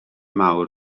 mawr